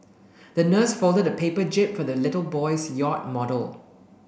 the nurse folded a paper jib for the little boy's yacht model